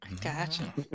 Gotcha